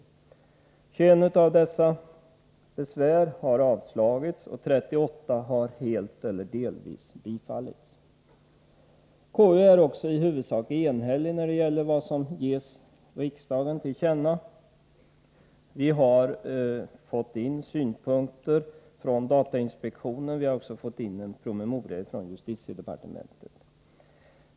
I 21 av fallen har det blivit avslag, och i 38 fall har det helt eller delvis blivit bifall. I KU är vi i huvudsak eniga när det gäller vad som ges riksdagen till känna. Vi har inhämtat synpunkter från datainspektionen, och vi har även fått in en promemoria från justitiedepartementet.